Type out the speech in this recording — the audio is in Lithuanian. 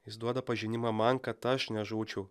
jis duoda pažinimą man kad aš nežūčiau